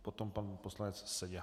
Potom pan poslanec Seďa.